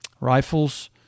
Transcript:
Rifles